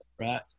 Right